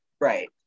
right